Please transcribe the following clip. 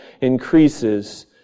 increases